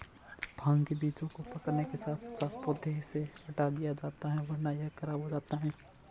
भांग के बीजों को पकने के साथ साथ पौधों से हटा लिया जाता है वरना यह खराब हो जाता है